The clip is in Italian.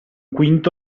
quinto